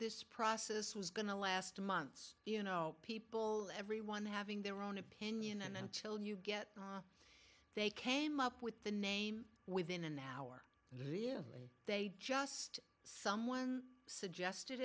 this process was going to last months you know people everyone having their own opinion and until you get they came up with the name within an hour and really they just someone suggested